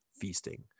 feasting